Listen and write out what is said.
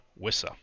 Wissa